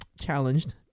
Challenged